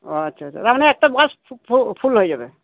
আচ্ছা আচ্ছা আচ্ছা তার মানে একটা বাস ফুল হয়ে যাবে